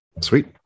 Sweet